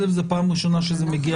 ראשית, זאת פעם ראשונה שזה מגיע אלי.